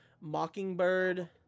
Mockingbird